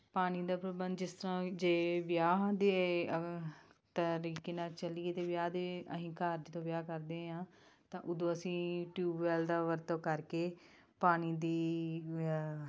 ਪਾਣੀ ਦਾ ਪ੍ਰਬੰਧ ਜਿਸ ਤਰ੍ਹਾਂ ਜੇ ਵਿਆਹ ਦੇ ਤਰੀਕੇ ਨਾਲ ਚਲੀਏ ਤਾਂ ਵਿਆਹ ਦੇ ਅਸੀਂ ਘਰ ਜਦੋਂ ਵਿਆਹ ਕਰਦੇ ਹਾਂ ਤਾਂ ਉਦੋਂ ਅਸੀਂ ਟਿਊਬਵੈਲ ਦਾ ਵਰਤੋਂ ਕਰਕੇ ਪਾਣੀ ਦੀ